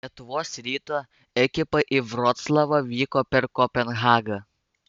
lietuvos ryto ekipa į vroclavą vyko per kopenhagą